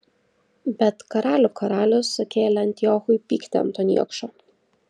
bet karalių karalius sukėlė antiochui pyktį ant to niekšo